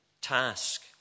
task